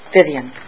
Vivian